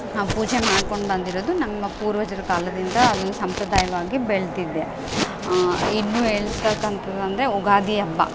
ನಾವು ಪೂಜೆ ಮಾಡ್ಕೊಂಡು ಬಂದಿರೋದು ನಮ್ಮ ಪೂರ್ವಜರ ಕಾಲದಿಂದ ಸಂಪ್ರದಾಯವಾಗಿ ಬೆಳೆದಿದೆ ಇನ್ನು ಹೇಳ್ತಕಂಥದು ಅಂದರೆ ಯುಗಾದಿ ಹಬ್ಬ